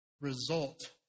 result